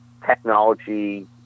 technology